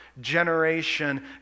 generation